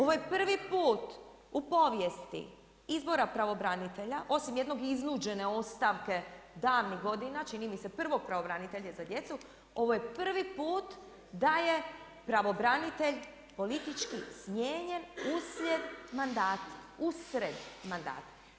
Ovo je prvi put u povijesti izbora pravobranitelja, osim jedne iznuđene ostavke davnih godina, čini mi se prvog pravobranitelja za djecu, ovo je prvi put da je pravobranitelj politički smijenjen uslijed manda, usred mandata.